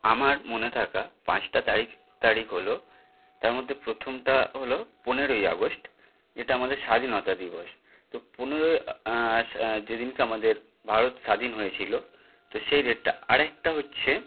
আমার মনে থাকা পাঁচটা তারিখ তারিখ হলো তার মধ্যে প্রথমটা হলো পনেরোই আগস্ট যেটা আমাদের স্বাধীনতা দিবস তো পনেরোই আস যেদিনকে আমাদের ভারত স্বাধীন হয়েছিল তো সেই ডেটটা আরেকটা হচ্ছে